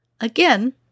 Again